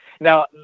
now